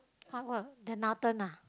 !huh! what of the Nathan ah